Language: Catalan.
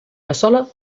cassola